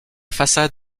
façade